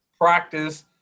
practice